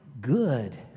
good